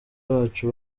bacu